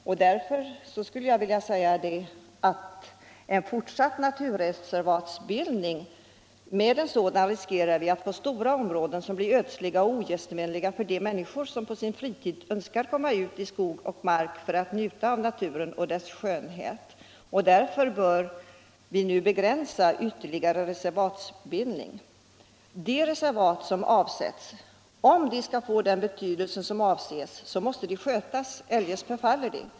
Med en fortsatt naturreservatsbildning riskerar vi, enligt min uppfattning, att få stora områden som blir ödsliga och ogästvänliga för de människor som på sin fritid önskar komma ut i skog och mark för att njuta av naturen och dess skönhet. Därför bör vi nu begränsa ytterligare reservatbildning. Om de reservat som avsätts skall få den betydelse som avses måste de skötas. Eljest förfaller de.